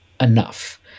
enough